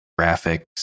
graphics